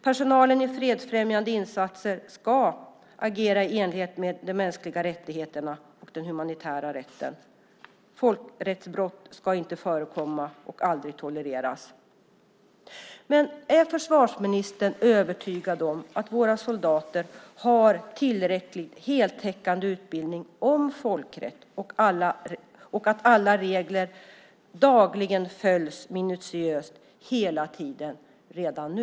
Personalen i fredsfrämjande insatser ska agera i enlighet med de mänskliga rättigheterna och den humanitära rätten. Folkrättsbrott ska inte förekomma och aldrig tolereras. Är försvarsministern övertygad om att våra soldater har tillräcklig, heltäckande utbildning om folkrätt och att alla regler dagligen följs minutiöst hela tiden redan nu?